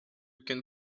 can